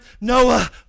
Noah